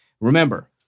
Remember